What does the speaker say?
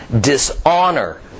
dishonor